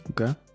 Okay